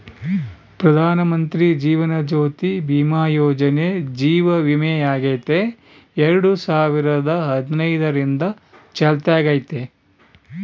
ಪ್ರಧಾನಮಂತ್ರಿ ಜೀವನ ಜ್ಯೋತಿ ಭೀಮಾ ಯೋಜನೆ ಜೀವ ವಿಮೆಯಾಗೆತೆ ಎರಡು ಸಾವಿರದ ಹದಿನೈದರಿಂದ ಚಾಲ್ತ್ಯಾಗೈತೆ